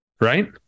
right